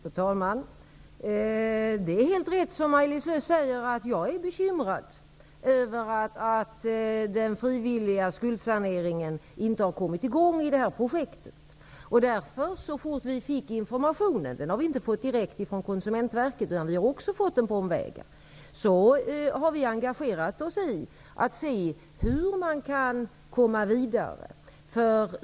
Fru talman! Det är helt riktigt, som Maj-Lis Lööw säger, att jag är bekymrad över att projektet med den frivilliga skuldsaneringen inte har kommit i gång. Så snart vi fick den informationen, vilken vi inte har fått direkt från Konsumentverket utan på omvägar, engagerade vi oss för att ta reda på hur man kan komma vidare.